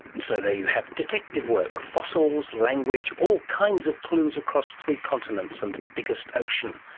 and so there you have detective work fossils, language, all kinds of clues across three continents and the biggest ocean,